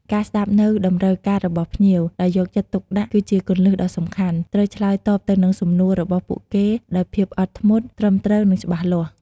ការស្តាប់នូវតម្រូវការរបស់ភ្ញៀវ ដោយយកចិត្តទុកដាក់ គឺជាគន្លឹះដ៏សំខាន់ ត្រូវឆ្លើយតបទៅនឹងសំណួរ របស់ពួកគេដោយភាពអត់ធ្មត់ ត្រឹមត្រូវ និងច្បាស់លាស់។